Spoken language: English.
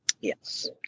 Yes